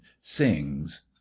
sings